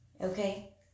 Okay